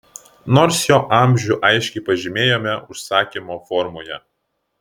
nors jo amžių aiškiai pažymėjome užsakymo formoje